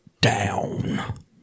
down